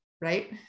Right